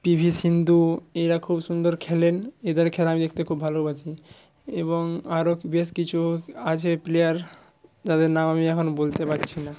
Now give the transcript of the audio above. P V Sindhu এরা খুব সুন্দর খেলেন এদের খেলা আমি দেখতে খুব ভালোবাসি এবং আরও বেশ কিছু আছে প্লেয়ার যাদের নাম আমি এখন বলতে পাচ্ছি না